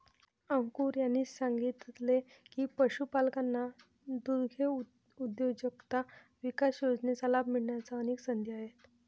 अंकुर यांनी सांगितले की, पशुपालकांना दुग्धउद्योजकता विकास योजनेचा लाभ मिळण्याच्या अनेक संधी आहेत